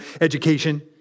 education